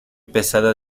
pesada